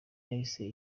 yahise